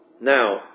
Now